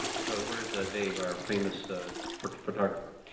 so where's ah dave, our famous photographer?